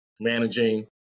managing